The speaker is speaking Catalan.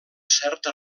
certa